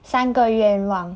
三个愿望